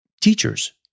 teachers